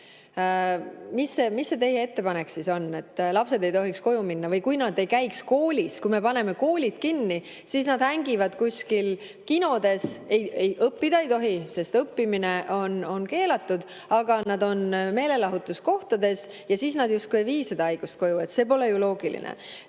Mis teie ettepanek siis on? Et lapsed ei tohiks koju minna või? Kui nad ei käiks koolis, kui me paneme koolid kinni, siis nad hängiksid kuskil kinodes. Ei, õppida ei tohi, sest õppimine on keelatud, aga kui nad on meelelahutuskohtades, siis nad justkui ei vii seda haigust koju. See pole ju loogiline. Teine